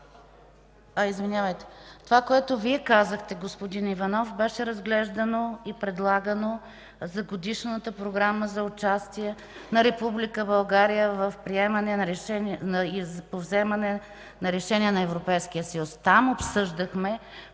Господин Иванов, това, което Вие казахте, беше разглеждано и предлагано за Годишната програма за участие на Република България по вземането на решения на Европейския съюз. Там обсъждахме